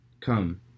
Come